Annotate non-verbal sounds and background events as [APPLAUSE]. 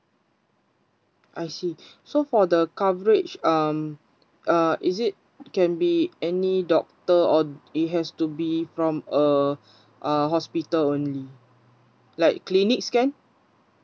I see so for the coverage um uh is it can be any doctor or it has to be from a [BREATH] a hospital only like clinics can